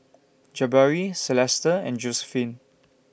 Jabari Celesta and Josiephine